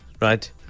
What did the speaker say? right